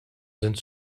sind